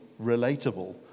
relatable